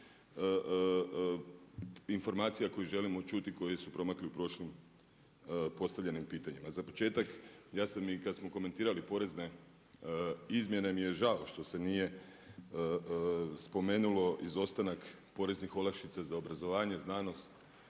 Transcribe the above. informacija koje želimo čuti, koje su promakle u prošlom postavljanju pitanja. Za početak ja sam i kad smo komentirali porezne izmjene, mi je žao što se nije spomenulo izostanak porezni olakšica za obrazovanje, znanost,